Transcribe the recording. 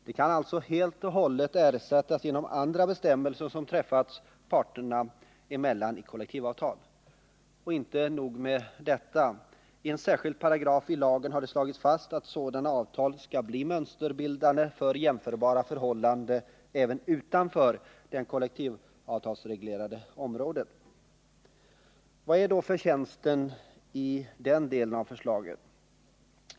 De kan alltså helt och hållet ersättas genom andra bestämmelser som i kollektivavtal träffats mellan parterna. Och inte nog med detta — i en särskild paragraf i lagen har det slagits fast att sådana avtal skall bli mönsterbildande för jämförbara förhållanden även utanför det kollektivavtalsreglerade området. Vad är då förtjänsten i den delen av förslaget?